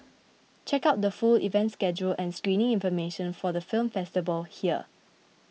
check out the full event schedule and screening information for the film festival here